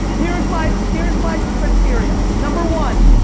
here's my here's my criteria number one,